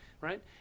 right